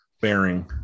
bearing